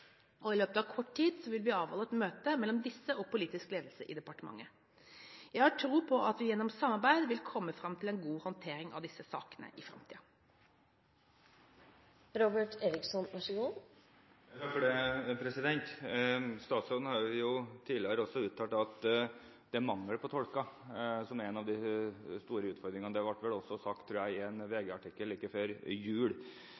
og det vil i løpet av kort tid bli avholdt et møte mellom disse og politisk ledelse i departementet. Jeg har tro på at vi gjennom samarbeid vil komme fram til en god håndtering av disse sakene i framtiden. Statsråden har tidligere også uttalt at det er mangel på tolker som er en av de store utfordringene, og det ble vel også sagt i en VG-artikkel like før jul. Jeg har sjekket litt rundt omkring, og i